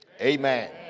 Amen